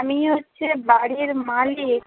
আমি হচ্ছে বাড়ির মালিক